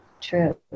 True